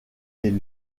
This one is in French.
des